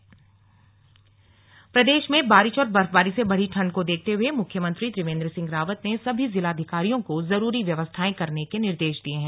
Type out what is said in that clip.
slug CM निर्देश प्रदेश में बारिश और बर्फबारी से बढ़ी ठंड को देखते हुए मुख्यमंत्री त्रिवेंद्र सिंह रावत ने सभी जिलाधिकारियों को जरूरी व्यवस्थाएं करने के निर्देश दिये हैं